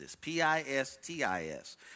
P-I-S-T-I-S